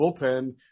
bullpen